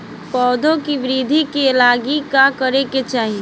पौधों की वृद्धि के लागी का करे के चाहीं?